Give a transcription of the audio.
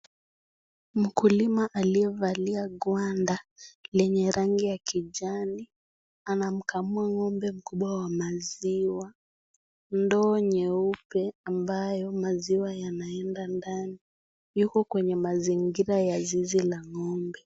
Mkulima aliyevalia gwanda lenye rangi ya kijani anamkamua ng'ombe mkubwa wa maziwa, ndoo nyeupe ambayo maziwa yanaenda ndani, yuko kwenye mazingira ya zizi la ng'ombe.